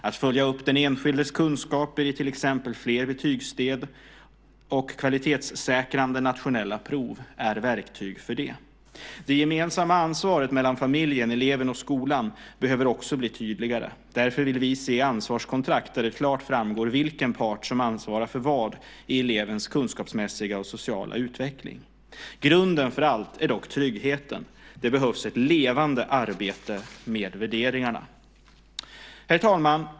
Att följa upp den enskildes kunskaper i till exempel fler betygssteg och kvalitetssäkrande nationella prov är verktyg för det. Det gemensamma ansvaret mellan familjen, eleven och skolan behöver också bli tydligare. Därför vill vi se ansvarskontrakt där det klart framgår vilken part som ansvarar för vad i elevens kunskapsmässiga och sociala utveckling. Grunden för allt är dock tryggheten. Det behövs ett levande arbete med värderingarna. Herr talman!